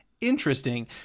interesting